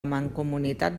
mancomunitat